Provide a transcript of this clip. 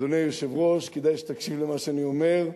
אדוני היושב-ראש, כדאי שתקשיב למה שאני אומר: